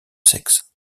sexe